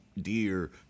Deer